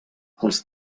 els